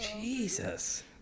Jesus